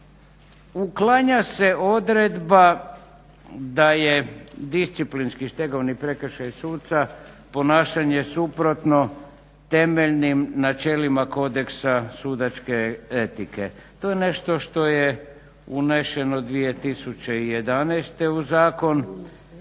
Uklanjanja se odredba da je disciplinski stegovni prekršaj suca ponašanje suprotno temeljnim načelima kodeksa sudačke etike. To je nešto što je unešeno 2011.u zakon